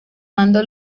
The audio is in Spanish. mando